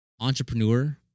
entrepreneur